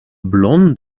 blond